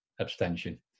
abstention